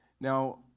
Now